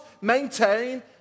maintain